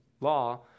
law